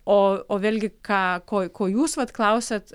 o o vėlgi ką ko ko jūs vat klausiat